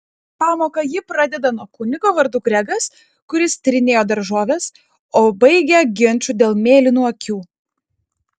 pamoką ji pradeda nuo kunigo vardu gregas kuris tyrinėjo daržoves o baigia ginču dėl mėlynų akių